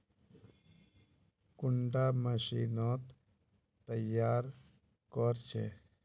कुंडा मशीनोत तैयार कोर छै?